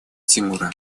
тимура